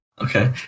Okay